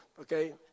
okay